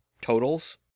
totals